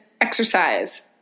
exercise